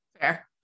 fair